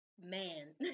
man